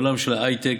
בעולם של ההייטק.